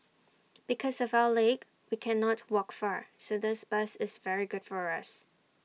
because of our leg we cannot walk far so this bus is very good for us